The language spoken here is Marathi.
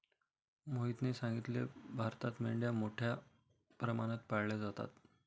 मोहितने सांगितले, भारतात मेंढ्या मोठ्या प्रमाणात पाळल्या जातात